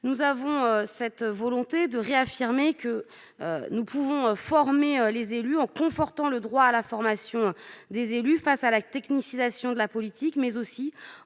Nous avons la volonté de réaffirmer que nous pouvons former les élus, en confortant leur droit à la formation, face à la technicisation de la politique, mais aussi